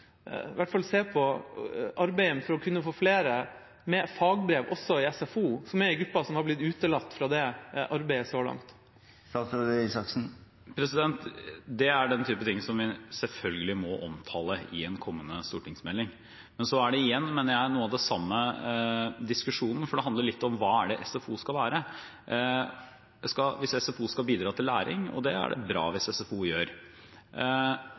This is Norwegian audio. hvert fall arbeide for å få flere med fagbrev også i SFO, som er en gruppe som har blitt utelatt fra det arbeidet så langt? Det er den typen ting som vi selvfølgelig må omtale i en kommende stortingsmelding. Men dette er igjen, mener jeg, noe av den samme diskusjonen, for det handler litt om hva SFO skal være. Hvis SFO skal bidra til læring – og det er det bra hvis SFO gjør